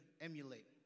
emulate